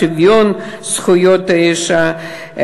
שוויון זכויות האישה,